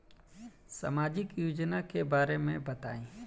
सामाजिक योजना के बारे में बताईं?